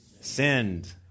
Sinned